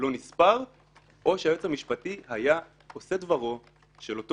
לא נספר; או שהיועץ המשפטי היה עושה דברו של אותו